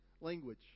language